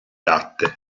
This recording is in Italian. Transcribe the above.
latte